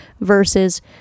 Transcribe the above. versus